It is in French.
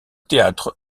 théâtre